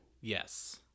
Yes